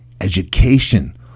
education